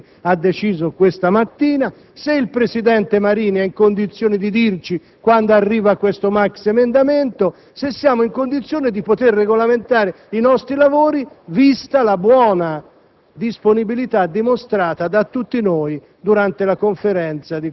la seduta, in attesa di conoscere ciò che il Consiglio dei ministri ha deciso questa mattina, se il presidente Marini è in condizione di dirci quando sarà presentato questo maxiemendamento e se siamo in condizione, insomma, di poter regolamentare i nostri lavori, vista la buona